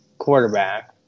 quarterback